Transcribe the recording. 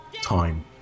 time